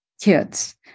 kids